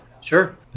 sure